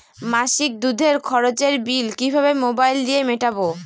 মাসিক দুধের খরচের বিল কিভাবে মোবাইল দিয়ে মেটাব?